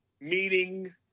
meeting